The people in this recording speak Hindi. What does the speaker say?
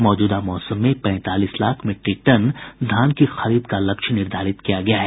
मौजूदा मौसम में पैंतालीस लाख मीट्रिक टन धान की खरीद का लक्ष्य निर्धारित किया गया है